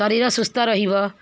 ଶରୀର ସୁସ୍ଥ ରହିବ